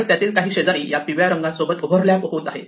आणि त्यातील काही शेजारी या पिवळ्या शेजार्यांसोबत ओव्हरलॅप होत आहे